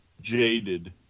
jaded